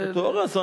זו תיאוריה.